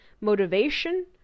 motivation